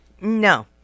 No